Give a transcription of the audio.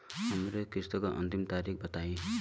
हमरे किस्त क अंतिम तारीख बताईं?